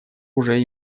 уже